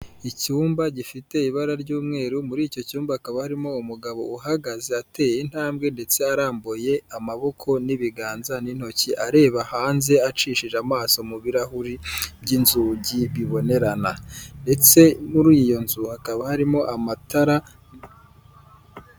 Icyumba gifite ibara ry'umweru, muri icyo cyumba kakaba harimo umugabo uhagaze, ateye intambwe ndetse arambuye amaboko n'ibiganza n'intoki, areba hanze acishije amaso mu birahuri by'inzugi bibonerana ndetse muri iyo nzu hakaba harimo amatara.